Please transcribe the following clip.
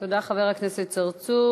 תודה, חבר הכנסת צרצור.